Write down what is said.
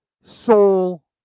soul